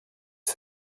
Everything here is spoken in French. que